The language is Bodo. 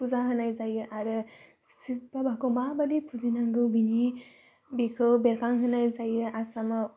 फुजा होनाय जायो आरो शिव बाबाखौ माबादि फुजिनांगौ बिनि बेखौ बेरखांहोनाय जायो आसामाव